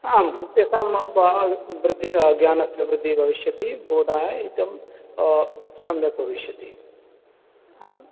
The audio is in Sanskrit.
आं तेषां वृद्धिः ज्ञानस्य वृद्धिः भविष्यति बोधाय इत्थं सम्यक् भविष्यति आम्